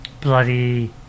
bloody